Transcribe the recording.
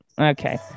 Okay